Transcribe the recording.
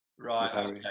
Right